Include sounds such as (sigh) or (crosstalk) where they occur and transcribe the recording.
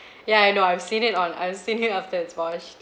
(breath) ya I know I've seen it on I've seen him of it's washed